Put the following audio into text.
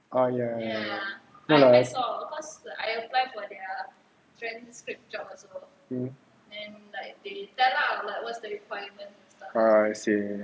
ah ya ya ya ya ya ya lah mm ah I see